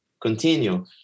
continue